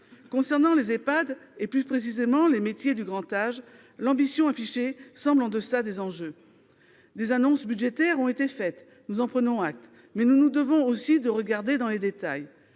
Concernant les Ehpad, et plus précisément les métiers du grand âge, l'ambition affichée semble en deçà des enjeux. Des annonces budgétaires ont été faites, nous en prenons acte, mais nous devons aussi regarder tout cela dans